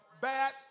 bad